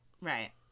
Right